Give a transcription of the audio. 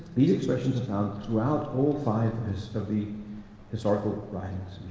these expressions are found throughout all five of the historical writings